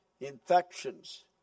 Infections